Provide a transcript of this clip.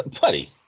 Buddy